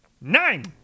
Nine